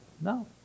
no